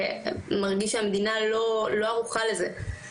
ומרגיש שהמדינה לא ערוכה לזה.